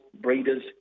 breeders